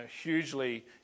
hugely